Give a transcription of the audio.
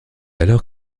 alors